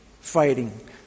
fighting